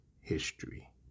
history